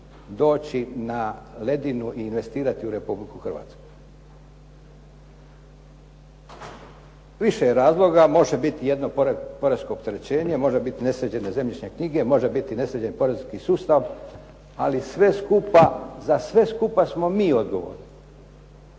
doći na ledinu i investirati u Republiku Hrvatsku. Više je razloga, može biti jedno poresko opterećenje, može biti nesređene zemljišne knjige, može biti nesređen poreski sustav ali sve skupa, za sve skupa smo mi odgovorni.